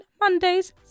Mondays